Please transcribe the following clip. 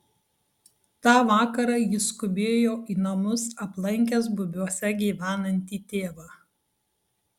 tą vakarą jis skubėjo į namus aplankęs bubiuose gyvenantį tėvą